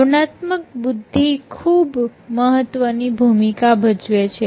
ભાવનાત્મક બુદ્ધિ ખૂબ મહત્વની ભૂમિકા ભજવે છે